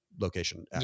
location